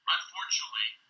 Unfortunately